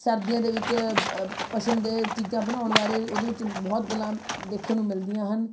ਸਰਦੀਆਂ ਦੇ ਵਿੱਚ ਪਸ਼ਮ ਦੇ ਚੀਜ਼ਾਂ ਬਣਾਉਣ ਬਾਰੇ ਉਹਦੇ ਵਿੱਚ ਬਹੁਤ ਗੱਲਾਂ ਦੇਖਣ ਨੂੰ ਮਿਲਦੀਆਂ ਹਨ